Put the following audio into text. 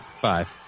Five